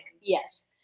Yes